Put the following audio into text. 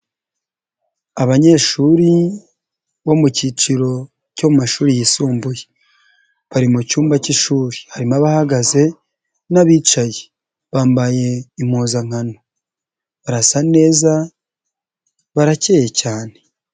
Abanyeshuri bo mu kiciro cyo mu mashuri yisumbuye bari mu cyumba cy'ishuri harimo abahagaze n'abicaye bambaye impuzankano barasa neza barakeye cyane.